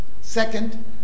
Second